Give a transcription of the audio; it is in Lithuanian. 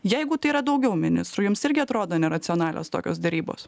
jeigu tai yra daugiau ministrų jums irgi atrodo neracionalios tokios derybos